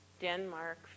Denmark